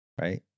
right